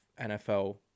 NFL